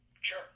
Sure